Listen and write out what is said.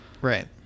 Right